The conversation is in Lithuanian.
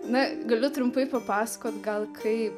na galiu trumpai papasakot gal kai